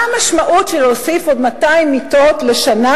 מה המשמעות של להוסיף עוד 200 מיטות לשנה